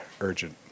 urgent